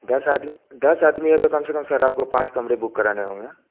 दस आदमी दस आदमी है तो कम से कम सर आपको पाँच कमरे बुक कराने होंगे